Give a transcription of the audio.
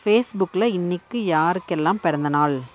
பேஸ்புக்கில் இன்னிக்கு யாருக்கெல்லாம் பிறந்தநாள்